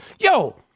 Yo